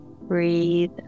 breathe